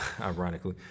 ironically